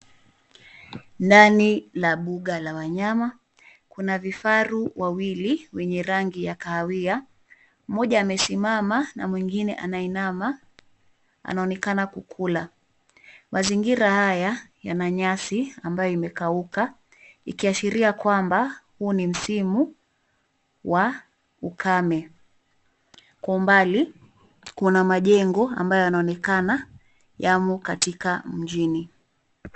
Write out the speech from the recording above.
Ndani la mbuga la wanyama, kuna vifaru wawili wenye rangi ya kahawia. Mmoja amesimama na mwingine anainama, anaonekana kukula. Mazingira haya yana nyasi ambayo imekauka, ikiashiria kwamba ,huu ni msimu wa ukame. Kwa umbali, kuna majengo ambayo yanaonekana yamo katika mjini.